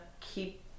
keep